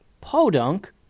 Podunk